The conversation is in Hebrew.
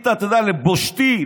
לבושתי,